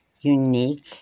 unique